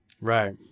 Right